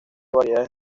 variedades